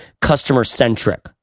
customer-centric